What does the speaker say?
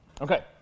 Okay